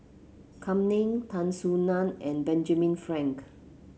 Kam Ning Tan Soo Nan and Benjamin Frank